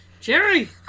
Jerry